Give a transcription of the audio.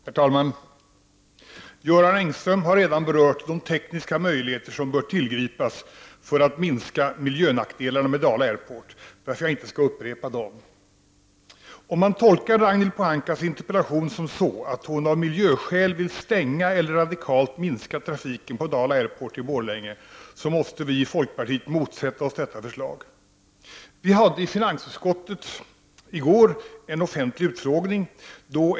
Herr talman! Göran Engström har redan berört de tekniska möjligheter som bör tillgripas för att minska miljönackdelarna med Dala Airport, varför jag ej skall upprepa dessa. Om man skall tolka Ragnhild Pohankas interpellation så, att hon av miljöskäl vill stänga flygplatsen eller radikalt minska trafiken på Dala Airport i Borlänge, måste vi i folkpartiet motsätta oss detta förslag. Vi hade i går en offentlig utfrågning i finansutskottet.